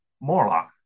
Morlock